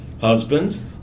Husbands